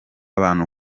abantu